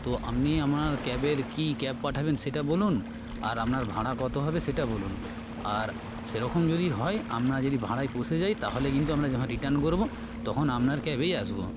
তো আপনি আমার ক্যাবের কী ক্যাব পাঠাবেন সেটা বলুন আর আপনার ভাড়া কত হবে সেটা বলুন আর সেরকম যদি হয় আমরা যদি ভাড়ায় পোষে যাই তাহলে কিন্তু আমরা যখন রিটার্ন করব তখন আপনার ক্যাবেই আসব